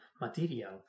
material